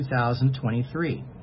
2023